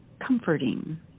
comforting